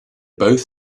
both